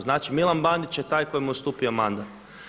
Znači, Milan Bandić je taj koji mu je ustupio mandat.